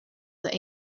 that